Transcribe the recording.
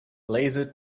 laser